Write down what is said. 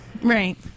Right